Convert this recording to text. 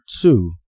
two